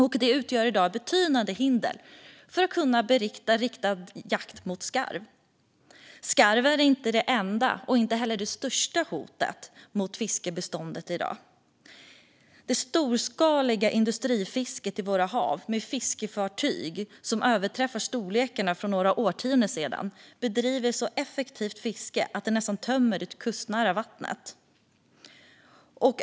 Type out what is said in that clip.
Det utgör i dag ett betydande hinder för att kunna bedriva riktad jakt mot skarven. Skarven är inte det enda och inte heller det största hotet mot fiskbestånden i dag. Det storskaliga industrifisket i våra hav, med fiskefartyg som överträffar storlekarna från några årtionden sedan, bedriver så effektivt fiske att det nästan tömmer de kustnära vattnen.